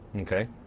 Okay